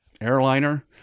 airliner